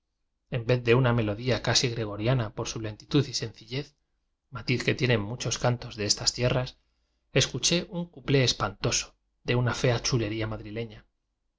en vez w v de una melodía casi gregoriana por su len titud y sencillez matiz que tienen muchos cantos de estas tierras escuché un cuplé espantoso de una fea chulería madrileña